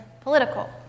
political